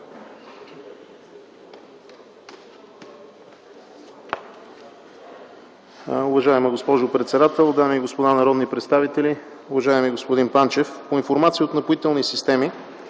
Уважаема госпожо председател, дами и господа народни представители, уважаеми господин Панчев! По информация от „Напоителни системи”,